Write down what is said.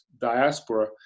diaspora